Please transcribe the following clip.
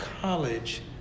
college